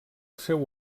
seu